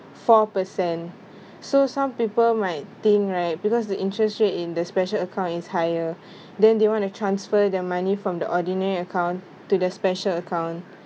four percent so some people might think right because the interest rate in the special account is higher then they want to transfer the money from the ordinary account to their special account